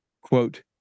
quote